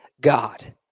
God